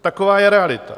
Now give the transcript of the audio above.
Taková je realita.